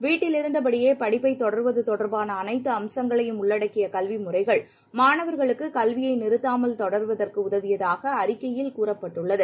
வீட்டிலிருந்தபடியேபடிப்பைத் தொடருவதுதொடர்பானஅனைத்துஅம்சங்களையும் உள்ளடக்கியகல்விமுறைகள் மாணவர்களுக்குகல்வியைநிறுத்தாமல் தொடருவதற்குஉதவியதாகஅறிக்கையில் கூறப்பட்டுள்ளது